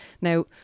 now